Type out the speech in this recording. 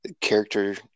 character